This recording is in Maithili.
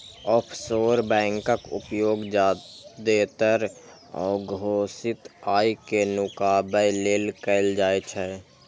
ऑफसोर बैंकक उपयोग जादेतर अघोषित आय कें नुकाबै लेल कैल जाइ छै